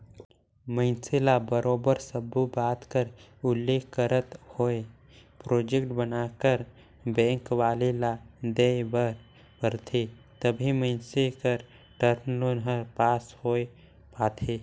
मइनसे ल बरोबर सब्बो बात कर उल्लेख करत होय प्रोजेक्ट बनाकर बेंक वाले ल देय बर परथे तबे मइनसे कर टर्म लोन हर पास होए पाथे